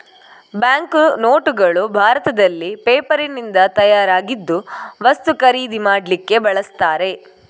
bank ನೋಟುಗಳು ಭಾರತದಲ್ಲಿ ಪೇಪರಿನಿಂದ ತಯಾರಾಗಿದ್ದು ವಸ್ತು ಖರೀದಿ ಮಾಡ್ಲಿಕ್ಕೆ ಬಳಸ್ತಾರೆ